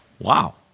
Wow